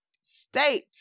state